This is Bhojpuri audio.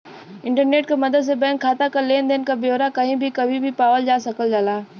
इंटरनेट क मदद से बैंक खाता क लेन देन क ब्यौरा कही भी कभी भी पावल जा सकल जाला